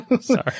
Sorry